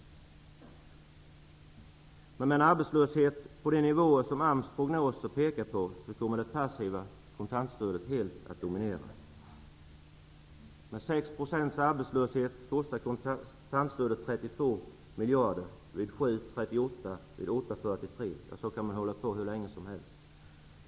Men med en arbetslöshet på de nivåer som AMS prognos pekar på kommer det passiva kontantstödet att helt dominera. 43 -- och så kan man hålla på hur länge som helst.